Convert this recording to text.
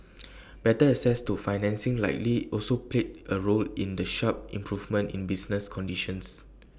better access to financing likely also played A role in the sharp improvement in business conditions